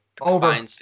Over